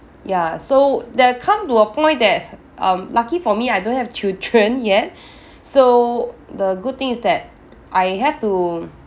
ya so there come to a point that um lucky for me I don't have children yet so the good thing is that I have to